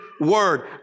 word